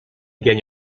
gagne